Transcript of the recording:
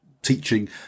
teaching